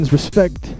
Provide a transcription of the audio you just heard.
respect